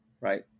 right